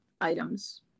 items